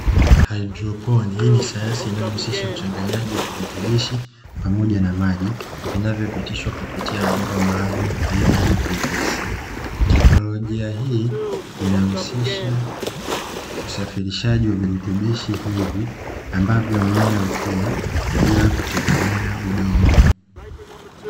Haidroponi hii ni sayansi inayohusisha uchanganyaji wa virutubishi pamoja na maji vinavyopitishwa kupitia mabomba maalumu aina ya "PVC", teknolojia hii inahusisha usafirishaji wa virutubishi hivi ambavyo mmea hukua bila kutegemea udongo.